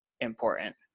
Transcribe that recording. important